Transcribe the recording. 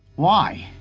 why?